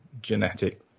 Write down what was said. genetic